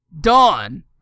Dawn